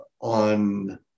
on